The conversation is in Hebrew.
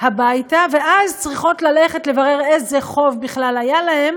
הביתה ואז צריכות ללכת לברר איזה חוב בכלל היה להם